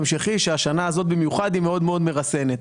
זה שהשנה הזאת היא מאוד מאוד מרסנת,